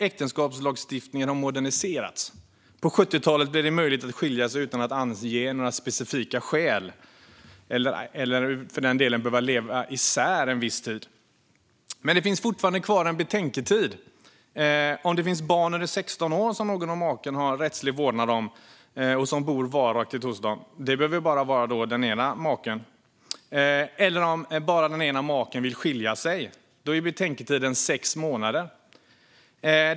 Äktenskapslagstiftningen har moderniserats. På 70-talet blev det möjligt att skilja sig utan att ange några specifika skäl eller, för den delen, behöva leva isär en viss tid. Men det finns fortfarande kvar en betänketid om det finns barn under 16 år som någon av makarna har rättslig vårdnad om och som bor varaktigt hos dem. Det behöver bara vara den ena av makarna. Om någon vill skilja sig är betänketiden sex månader.